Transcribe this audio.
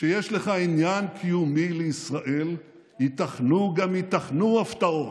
כשיש לך עניין קיומי לישראל ייתכנו גם ייתכנו הפתעות.